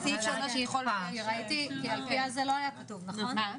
כי לא היה כתוב, נכון?